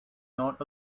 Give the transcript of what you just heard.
not